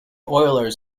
oilers